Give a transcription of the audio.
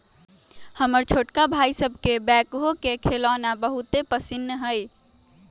हमर छोटका भाई सभके बैकहो के खेलौना बहुते पसिन्न हइ